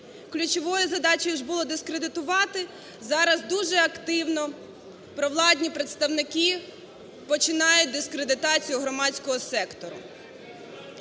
Ключовою задачею було дискредитувати, зараз дуже активно провладні представники починають дискредитацію громадського сектору.